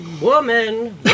woman